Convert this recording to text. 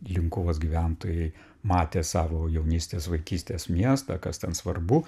linkuvos gyventojai matė savo jaunystės vaikystės miestą kas ten svarbu